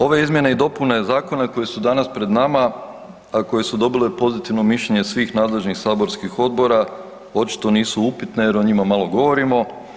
Ove izmjene i dopune zakona koje su danas pred nama, a koje su dobile pozitivno mišljenje svih nadležnih saborskih odbora očito nisu upitne jer o njima malo govorimo.